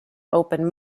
open